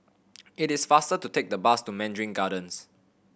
it is faster to take the bus to Mandarin Gardens